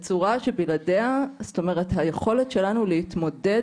הזה בצורה שבלעדיה היכולת שלנו להתמודד